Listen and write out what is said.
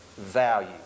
value